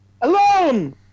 Alone